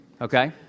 Okay